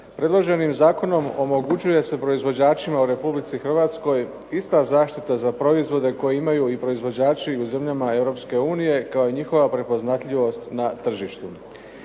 Predloženim zakonom omogućuje se proizvođačima u Republici Hrvatskoj ista zaštita za proizvode koje imaju i proizvođači u zemljama Europske unije, kao i njihova prepoznatljivost na tržištu.